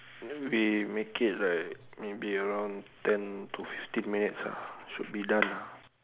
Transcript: then we make it like maybe around ten to fifteen minutes lah should be done